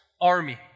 Army